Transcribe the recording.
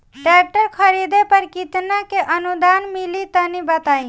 Tractor खरीदे पर कितना के अनुदान मिली तनि बताई?